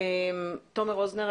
תומר רוזנר,